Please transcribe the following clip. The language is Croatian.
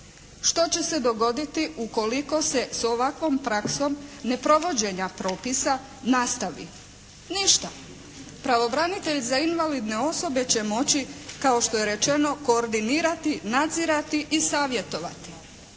Što će se dogoditi ukoliko se s ovakvom praksom neprovođenja propisa nastavi? Ništa. Pravobranitelj za invalidne osobe će moći kao što je rečeno koordinirati, nadzirati i savjetovati.